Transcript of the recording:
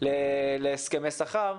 להסכמי שכר.